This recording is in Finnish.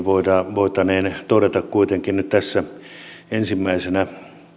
voitaneen todeta kuitenkin nyt tässä ensimmäisenä